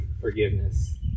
forgiveness